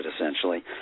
essentially